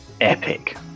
epic